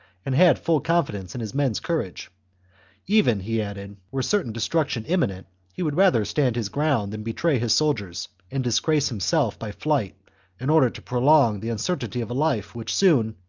and had full confidence in his men's courage even, he added, were certain de struction imminent, he would rather stand his ground than betray his soldiers and disgrace himself by flight in order to prolong the uncertainty of a life which soon,